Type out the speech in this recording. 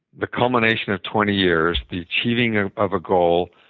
the culmination of twenty years, the achieving ah of a goal,